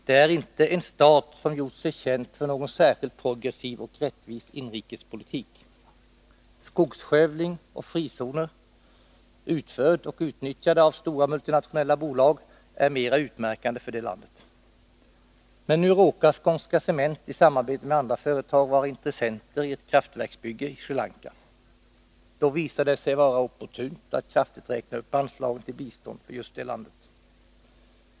Det är inte en stat som har gjort sig känd för någon särskilt progressiv och rättvis inrikespolitik. Skogsskövling och frizoner, genomförda och utnyttjade av stora multinationella bolag, är mera utmärkande för landet. Men nu råkar Skånska Cement i samarbete med andra företag vara intressenter i ett kraftverksbygge i Sri Lanka. Då visar det sig vara opportunt att kraftigt räkna upp anslagen till bistånd för just det landet.